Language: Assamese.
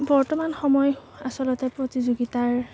বৰ্তমান সময় আচলতে প্ৰতিযোগিতাৰ